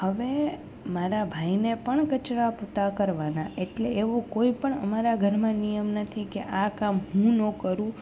હવે મારા ભાઈને પણ કચરાં પોતા કરવાના એટલે એવો કોઈ પણ અમારા ઘરમાં નિયમ નથી કે આ કામ હું ન કરું